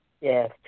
Yes